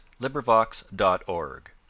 LibriVox.org